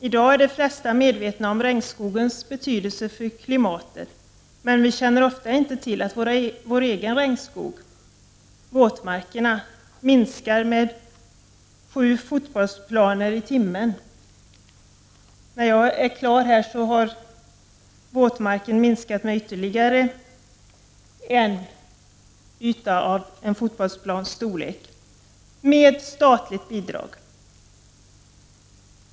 I dag är de flesta människor medvetna om regnskogens betydelse för klimatet, men vi känner ofta inte till vår egen regnskog, nämligen våtmarkerna, som minskar med en yta som motsvarar sju fotbollsplaner i timmen. Under den tid som jag har talat här har våtmarkerna minskat med ytterligare en yta motsvarande en fotbollsplansstorlek — med statligt bidrag.